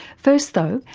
first though,